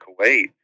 Kuwait